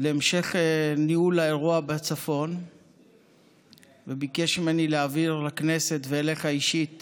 להמשך ניהול האירוע בצפון וביקש ממני להעביר לכנסת ואליך אישית